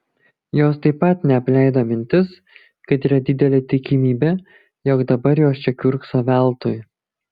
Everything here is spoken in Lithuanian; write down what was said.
jos taip pat neapleido mintis kad yra didelė tikimybė jog dabar jos čia kiurkso veltui